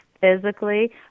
physically